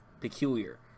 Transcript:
peculiar